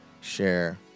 share